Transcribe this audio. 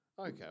Okay